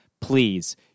Please